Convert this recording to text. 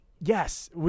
Yes